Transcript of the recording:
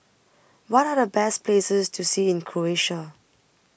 What Are The Best Places to See in Croatia